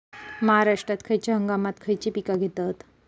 महाराष्ट्रात खयच्या हंगामांत खयची पीका घेतत?